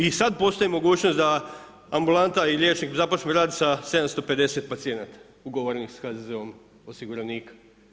I sad postoji mogućnost da ambulanta i liječnik započne rad sa 750 pacijenata ugovorenih sa HZZ-om osiguranika.